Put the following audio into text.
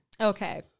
Okay